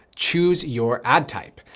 choose your ad type.